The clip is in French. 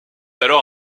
alors